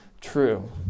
true